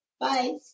Bye